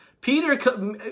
Peter